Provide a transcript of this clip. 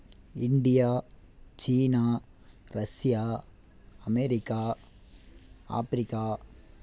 India China Russia America Africa